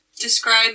Describe